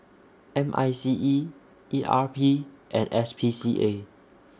M I C E E R P and S P C A